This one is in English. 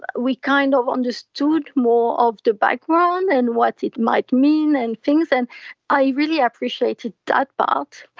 but we kind of understood more of the background and what it might mean and things, and i really appreciated that part.